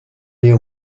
les